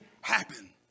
happen